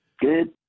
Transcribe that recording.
Good